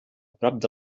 prop